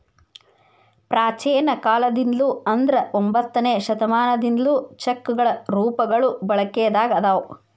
ಪ್ರಾಚೇನ ಕಾಲದಿಂದ್ಲು ಅಂದ್ರ ಒಂಬತ್ತನೆ ಶತಮಾನದಿಂದ್ಲು ಚೆಕ್ಗಳ ರೂಪಗಳು ಬಳಕೆದಾಗ ಅದಾವ